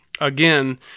again